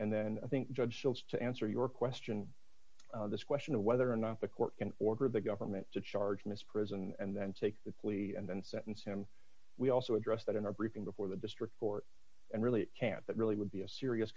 and then i think judge shields to answer your question this question of whether or not the court can order the government to charge mr prison and then take that plea and then sentence him we also address that in our briefing before the district court and really can't that really would be a serious